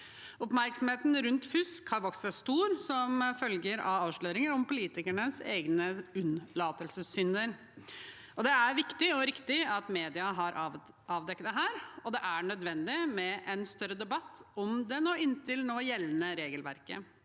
Oppmerksomheten rundt fusk har vokst seg stor som følge av avsløringer om politikernes egne unnlatelsessynder. Det er viktig og riktig at mediene har avdekket dette, og det er nødvendig med en større debatt om det inntil nå gjeldende regelverket,